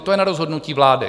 To je na rozhodnutí vlády.